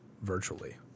virtually